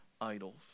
idols